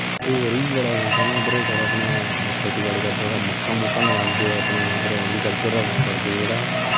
होर बी बड़ा सिस्टम ऐ इद्धर सर अपने खेतीबाड़ी करने तां मक्कां मुक्कां लान्ने अपने उद्धर ऐग्रिकल्चर दा कम्म करदे जेह्ड़ा